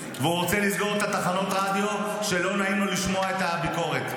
והוא רוצה לסגור את תחנות הרדיו שלא נעים לו לשמוע בהן את הביקורת.